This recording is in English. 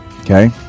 Okay